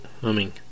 humming